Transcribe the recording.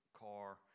car